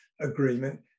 agreement